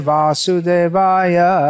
Vasudevaya